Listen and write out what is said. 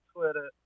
Twitter